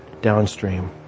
downstream